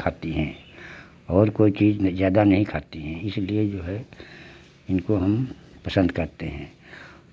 खाती हैं और कोई चीज़ ज़्यादा नहीं खाती हैं इसलिए जो है इनको हम पसन्द करते हैं